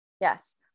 Yes